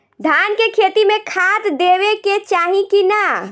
धान के खेती मे खाद देवे के चाही कि ना?